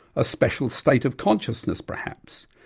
a special state of consciousness perhaps,